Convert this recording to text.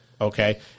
okay